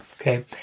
okay